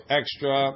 extra